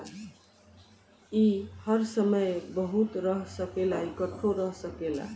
ई हर समय बहत रह सकेला, इकट्ठो रह सकेला